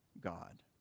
God